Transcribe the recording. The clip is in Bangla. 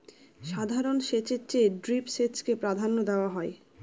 সাধারণ সেচের চেয়ে ড্রিপ সেচকে প্রাধান্য দেওয়া হয়